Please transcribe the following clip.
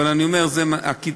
אבל אני אומר שזה בקיצור.